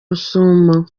rusumo